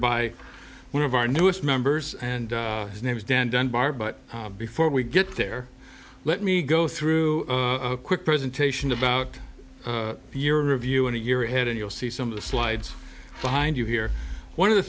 by one of our newest members and his name is dan dunbar but before we get there let me go through a quick presentation about your review and a year ahead and you'll see some of the slides behind you here one of the